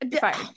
Fine